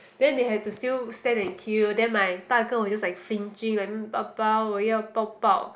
then they had to still stand and queue then my 大哥 was just like flinching like 爸爸我要抱抱